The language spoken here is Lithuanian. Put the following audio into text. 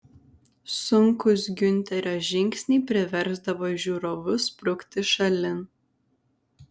sunkūs giunterio žingsniai priversdavo žiūrovus sprukti šalin